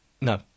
No